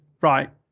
Right